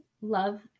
love